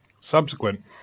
subsequent